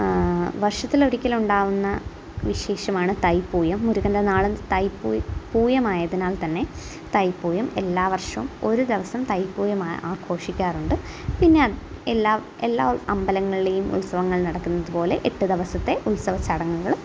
വർഷത്തിൽ ഒരിക്കൽ ഉണ്ടാകുന്ന വിശേഷമാണ് തൈപ്പൂയം മുരുകൻ്റെ നാൾ തൈപൂയമായതിനാൽ തന്നെ തൈപ്പൂയം എല്ലാ വർഷവും ഒരു ദിവസം തൈപ്പൂയമായി ആഘോഷിക്കാറുണ്ട് എന്നാൽ എല്ലാ എല്ലാ അമ്പലങ്ങളിലെയും ഉത്സവങ്ങൾ നടക്കുന്നതു പോലെ എട്ട് ദിവസത്തെ ഉത്സവ ചടങ്ങുകളും